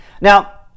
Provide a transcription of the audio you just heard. Now